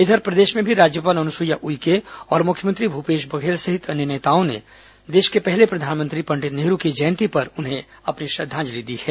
इधर प्रदेश में भी राज्यपाल अनुसुईया उइके और मुख्यमंत्री भूपेश बघेल सहित अन्य नेताओं ने देश के पहले प्रधानमंत्री पंडित नेहरू की जयंती पर उन्हें अपनी श्रद्धांजलि दी है